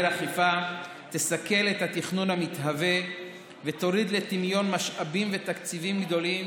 האכיפה תסכל את התכנון המתהווה ותוריד לטמיון משאבים ותקציבים גדולים